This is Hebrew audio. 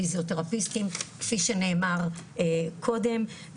פיזיותרפיסטים כפי שנאמר קודם,